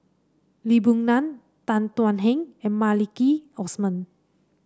Lee Boon Ngan Tan Thuan Heng and Maliki Osman